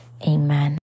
amen